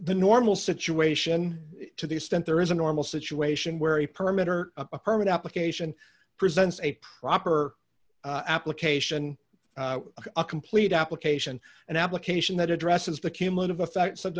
the normal situation to the extent there is a normal situation where a permit or a permit application presents a proper application a complete application an application that addresses the cumulative effects of